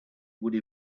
would